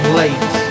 late